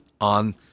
on